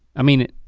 i mean,